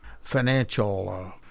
financial